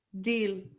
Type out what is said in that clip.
deal